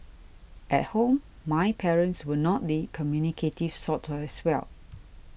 at home my parents were not the communicative sort as well